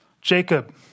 Jacob